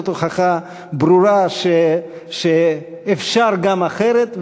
זאת הוכחה ברורה שאפשר גם אחרת,